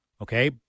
okay